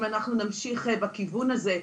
אם אנחנו נמשיך בכיוון הזה.